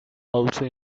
also